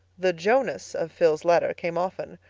the jonas of phil's letter came often,